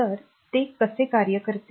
तर ते कसे कार्य करते